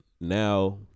now